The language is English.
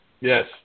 Yes